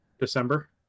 December